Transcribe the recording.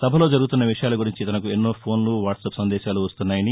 సభలో జరుగుతున్న విషయాల గురించి తనకు ఎన్నో ఫోన్లు వాట్సప్ సందేశాలు వస్తున్నాయని